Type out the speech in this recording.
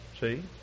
See